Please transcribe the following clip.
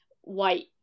white